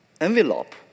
envelope